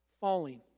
falling